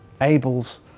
Abel's